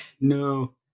No